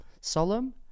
Solemn